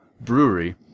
Brewery